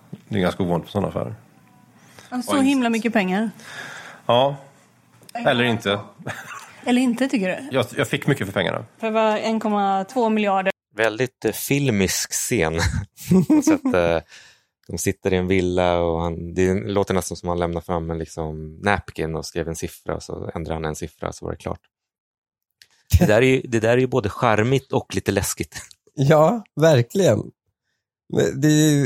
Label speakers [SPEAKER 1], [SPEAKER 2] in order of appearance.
[SPEAKER 1] Det är ganska ovanligt på såna affärer.
[SPEAKER 2] Ja, så
[SPEAKER 1] Och
[SPEAKER 2] himla
[SPEAKER 1] insats.
[SPEAKER 2] mycket pengar.
[SPEAKER 1] Ja. Eller inte.
[SPEAKER 2] Eller inte, tycker du?
[SPEAKER 1] Jag- jag fick mycket för pengarna.
[SPEAKER 2] För vad? 1,2 miljarder?
[SPEAKER 3] Väldigt, eh, filmisk scen. Så att, eh, de sitter i en villa och han- det låter nästan som att han lämnar fram en liksom napkin och skrev en siffra och så ändrar han en siffra så var det klart. Det där är ju- det där är ju både charmigt och lite läskigt.
[SPEAKER 4] Ja, verkligen. Men det- det är ju-